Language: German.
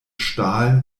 stahl